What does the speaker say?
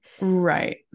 right